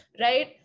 right